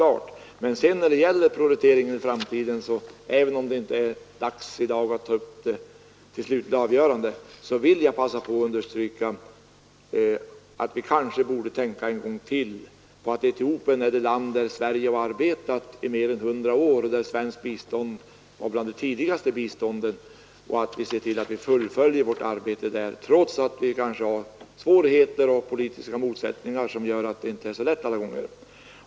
När det sedan gäller prioriteringen i framtiden — även om det inte just nu är dags att ta upp den frågan till slutligt avgörande — vill jag begagna 21 tillfället att understryka att vi kanske borde tänka på att Etiopien är det land där Sverige har arbetat mer än hundra år och där svenskt bistånd var bland de tidigaste hjälpinsatserna. Vi bör se till att vi fullföljer vårt arbete i det landet, trots att politiska motsättningar och andra svårigheter inte gör arbetet så lätt alla gånger.